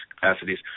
capacities